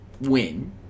win